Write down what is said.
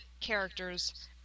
characters